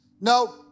no